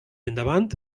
endavant